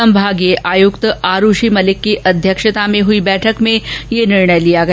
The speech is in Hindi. संभागीय आयुक्त आरूषी मलिक की अध्यक्षता में हुई बैठक में यह निर्णय लिया गया